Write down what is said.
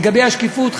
לגבי השקיפות,